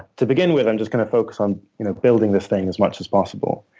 to begin with, i'm just going to focus on you know building this thing as much as possible.